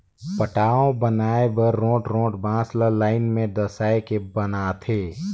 पटांव बनाए बर रोंठ रोंठ बांस ल लाइन में डसाए के बनाथे